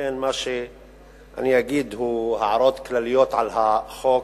לכן מה שאני אגיד הוא הערות כלליות על החוק.